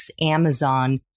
Amazon